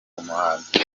umuhanzi